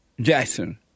Jackson